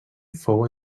fou